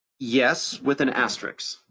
yes, with an asterisk.